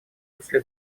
русле